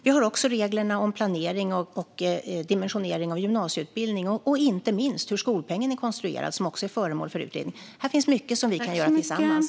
Vi har också reglerna om planering och dimensionering av gymnasieutbildning och, inte minst, hur skolpengen är konstruerad, vilket också är föremål för utredning. Här finns mycket som vi kan göra tillsammans.